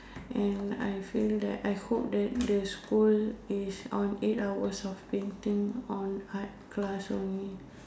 and I feel that I hope that the school is on eight hours of painting on art class only